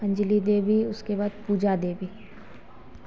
अन्जलि देवी उसके बाद पूजा देवी